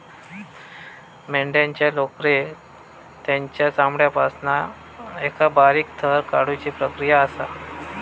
मेंढ्यांच्या लोकरेक तेंच्या चामड्यापासना एका बारीक थर काढुची प्रक्रिया असा